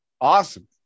awesome